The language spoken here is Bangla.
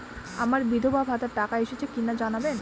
আমার বিধবাভাতার টাকা এসেছে কিনা জানাবেন?